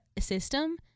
system